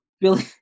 billy